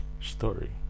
story